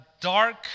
dark